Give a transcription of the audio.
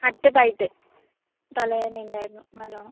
അറ്റത്തായിട്ട് തലവേദനയുണ്ടായിരുന്നു നല്ലോണം